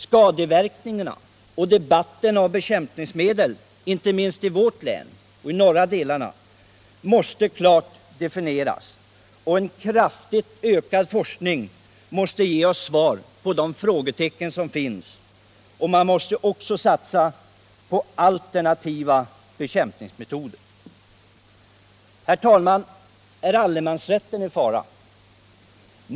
Skadeverkningarna av bekämpningsmedel och debatterna därom — inte minst i vårt läns norra delar — måste klart definieras och en kraftigt ökad forskning ge oss svar på de frågetecken som finns. Man måste vidare satsa på alternativa bekämpningsmetoder. Är allemansrätten i fara?